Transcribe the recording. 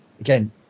again